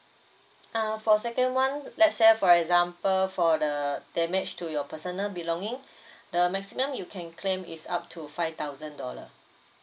uh for second [one] let's say for example for the damage to your personal belongings the maximum you can claim is up to five thousand dollar